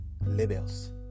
labels